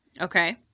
Okay